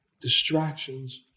distractions